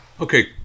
Okay